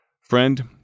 Friend